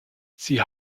sie